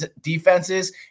defenses